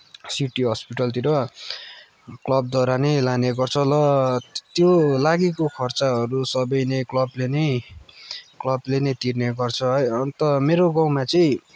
city हस्पिटलतिर क्लबद्वारा नै लाने गर्छ र त्यो लागेको खर्चहरू सबै नै क्लबले नै क्लबले नै तिर्ने गर्छ है अन्त मेरो गाउँमा चाहिँ